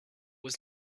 was